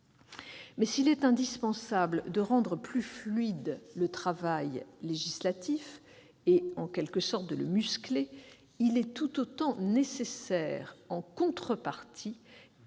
S'il est indispensable de rendre plus fluide le travail législatif et, en quelque sorte, de le muscler, il est tout autant nécessaire- c'est une contrepartie